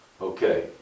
Okay